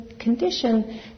condition